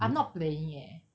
I'm not playing eh